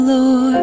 Lord